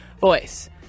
voice